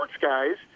guys –